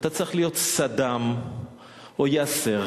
אתה צריך להיות סדאם או יאסר